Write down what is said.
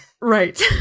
Right